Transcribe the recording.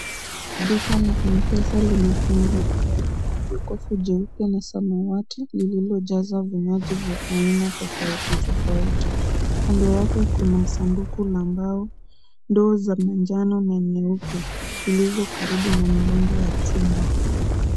Duka la M-pesa limefunguliwa. Lina jokofu jeupe na samawati lililojazwa vinywaji aina tofauti tofauti. Kando yake kuna sanduku la mbao , ndoo za manjano na nyeupe zilizo karibu na mlango wa chuma.